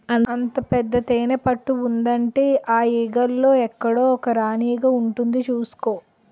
అంత పెద్ద తేనెపట్టు ఉందంటే ఆ ఈగల్లో ఎక్కడో ఒక రాణీ ఈగ ఉంటుంది చూసుకో